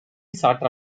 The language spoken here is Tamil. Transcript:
சாற்ற